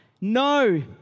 No